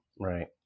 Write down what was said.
right